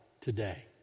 today